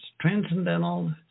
Transcendental